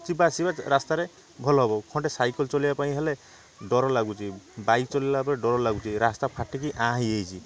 ଯିବା ଆସିବା ରାସ୍ତାରେ ଭଲହେବ ଖଣ୍ଡେ ସାଇକଲ୍ ଚଲେଇବା ପାଇଁ ହେଲେ ଡ଼ର ଲାଗୁଛି ବାଇକ୍ ଚଲେଇବା ପାଇଁ ଡ଼ର ଲାଗୁଛି ରାସ୍ତା ଫାଟିକି ଆଁ ହେଇଯାଇଛି